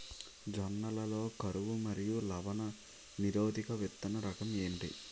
జొన్న లలో కరువు మరియు లవణ నిరోధక విత్తన రకం ఏంటి?